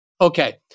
Okay